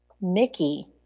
Mickey